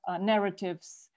narratives